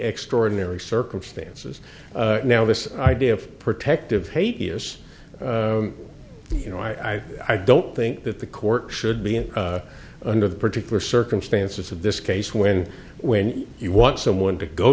extraordinary circumstances now this idea of protective hate years you know i i don't think that the court should be in under the particular circumstances of this case when when you want someone to go